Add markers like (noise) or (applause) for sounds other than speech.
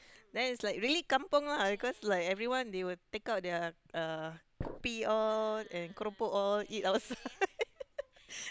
really it's like kampung lah because like everyone they will take out their uh kopi all and keropok all eat outside (laughs)